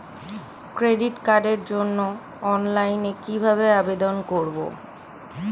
Credit কার্ডের জন্য অনলাইনে কিভাবে আবেদন করব?